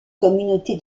communauté